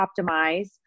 Optimize